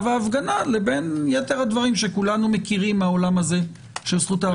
וההפגנה ובין יתר הדברים שכולנו מכירים מהעולם הזה של זכות ההפגנה.